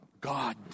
God